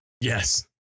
yes